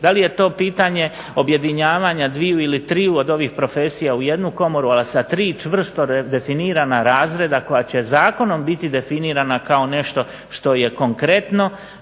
da li je to pitanje objedinjavanja dviju ili triju od ovih profesija u jednu komoru, ali sa tri čvrsto definirana razreda koja će zakonom biti definirana kao nešto što je konkretno,